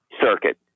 circuit